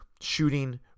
shooting